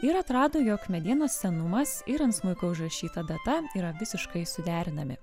ir atrado jog medienos senumas ir ant smuiko užrašyta data yra visiškai suderinami